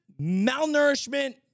malnourishment